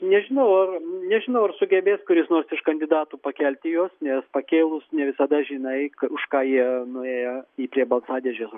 nežinau ar nežinau ar sugebės kuris nors iš kandidatų pakelti juos nes pakėlus ne visada žinai ką už ką jie nuėję į prie balsadėžės